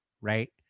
right